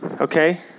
Okay